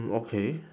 mm okay